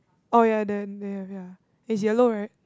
oh ya there they have ya it's yellow right